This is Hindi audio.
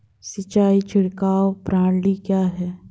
सिंचाई छिड़काव प्रणाली क्या है?